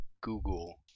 Google